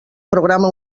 programa